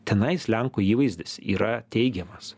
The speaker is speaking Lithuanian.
tenais lenkų įvaizdis yra teigiamas